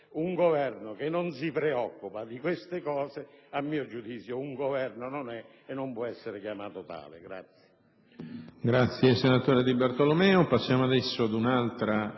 Un Governo che non si preoccupa di queste cose, a mio giudizio un Governo non è, e non può essere chiamato tale.